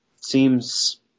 seems